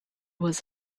was